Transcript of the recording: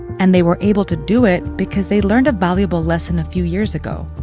and they were able to do it because they'd learned a valuable lesson a few years ago,